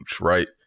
right